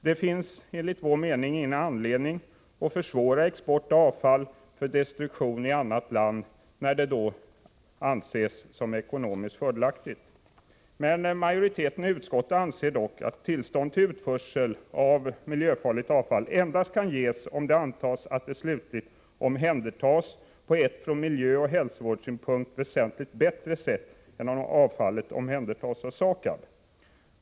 Det finns enligt vår mening ingen anledning att försvåra export av avfall för destruktion i annat land när det anses som ekonomiskt fördelaktigt. Majoriteten i utskottet anser dock att tillstånd till utförsel av miljöfarligt avfall endast kan ges om det antas att det slutligt omhändertas på ett från miljöoch hälsovårdssynpunkt väsentligt bättre sätt än om avfallet omhändertas av SAKAB.